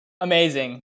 amazing